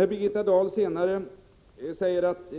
När Birgitta Dahl senare